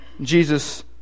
Jesus